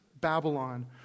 Babylon